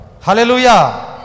Hallelujah